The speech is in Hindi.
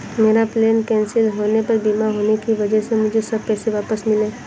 मेरा प्लेन कैंसिल होने पर बीमा होने की वजह से मुझे सब पैसे वापस मिले